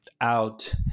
out